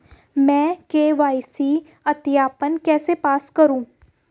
मैं के.वाई.सी सत्यापन कैसे पास करूँ?